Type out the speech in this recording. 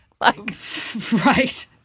Right